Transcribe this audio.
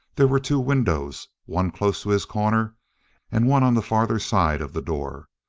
there were two windows, one close to his corner and one on the farther side of the door.